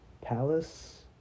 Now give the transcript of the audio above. Palace